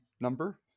number